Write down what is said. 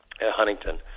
Huntington